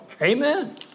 Amen